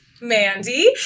mandy